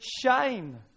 shame